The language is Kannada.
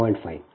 5 0